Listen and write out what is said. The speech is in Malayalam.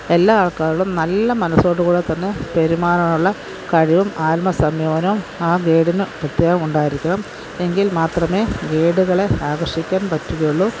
എല്ലാ ആള്ക്കരോടും നല്ല മനസ്സോട് കൂടി തന്നെ പെരുമാറനുള്ള കഴിവും ആത്മസംയമനവും ആ ഗൈഡിന് പ്രത്യേകമുണ്ടായിരിക്കണം എങ്കില് മാത്രമേ ഗെയ്ഡുകളെ ആകര്ഷിക്കാന് പറ്റുകയുള്ളൂ